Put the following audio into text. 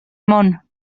món